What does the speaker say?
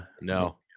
no